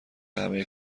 همه